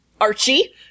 Archie